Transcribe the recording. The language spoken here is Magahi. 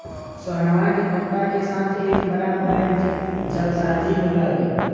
सोहनवा के पापा के साथ एक बड़ा बैंक जालसाजी हो लय